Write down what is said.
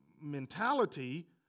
mentality